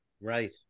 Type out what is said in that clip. Right